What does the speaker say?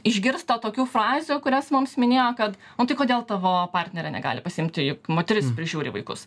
išgirsta tokių frazių kurias mums minėjo kad o tai kodėl tavo partnerė negali pasiimti moteris prižiūri vaikus